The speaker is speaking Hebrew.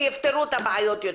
ויפתרו את הבעיות.